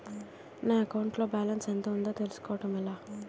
నా అకౌంట్ లో బాలన్స్ ఎంత ఉందో తెలుసుకోవటం ఎలా?